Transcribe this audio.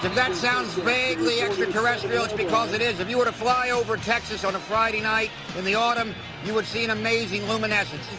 that sounds vaguely extraterrestrial, it's because it is. if you were to fly over texas on a friday night in the autumn you would see an amazing luminescence.